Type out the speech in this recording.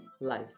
life